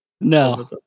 No